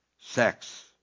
sex